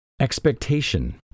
Expectation